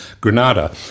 Granada